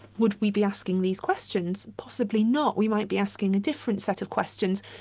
would we be asking these questions? possibly not we might be asking a different set of questions,